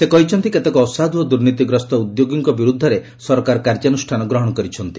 ସେ କହିଛନ୍ତି ଯେ କେତେକ ଅସାଧୁ ଓ ଦୁର୍ନୀତିଗ୍ରସ୍ତ ଉଦ୍ୟୋଗୀଙ୍କ ବିରୁଦ୍ଧରେ ସରକାର କାର୍ଯ୍ୟାନୁଷ୍ଠାନ ଗ୍ରହଣ କରିଛନ୍ତି